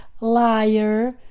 liar